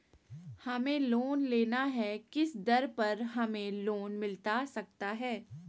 हमें लोन लेना है किस दर पर हमें लोन मिलता सकता है?